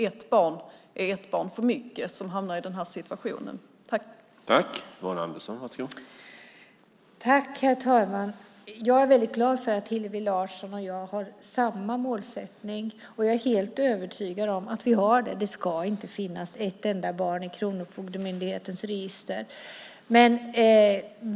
Ett barn som hamnar i den här situationen är ett barn för mycket.